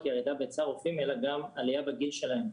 ירידה בהיצע הרופאים אלא גם עליה בגיל שלהם.